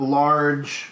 large